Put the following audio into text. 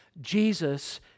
Jesus